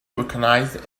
recognized